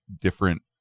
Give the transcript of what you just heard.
different